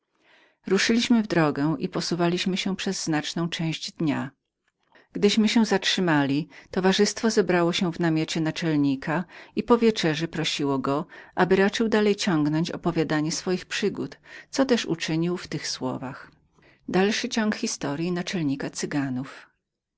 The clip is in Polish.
ruszyliśmy w drogę i postępowali przez znaczną część dnia gdyśmy się zatrzymali towarzystwo zebrało się w namiocie naczelnika i po wieczerzy prosiło go aby raczył dalej ciągnąć opowiadanie swoich przygód co też uczynił w tych słowach